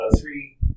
three